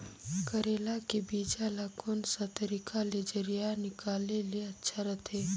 करेला के बीजा ला कोन सा तरीका ले जरिया निकाले ले अच्छा रथे?